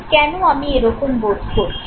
কেন আমি এরকম বোধ করছি